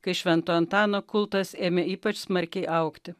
kai švento antano kultas ėmė ypač smarkiai augti